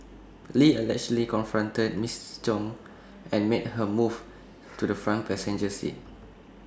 lee allegedly confronted miss chung and made her move to the front passenger seat